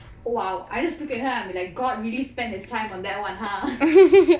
!wow! I just look at her I would be like god really spend his time on that one !huh!